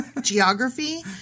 geography